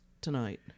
tonight